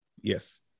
Yes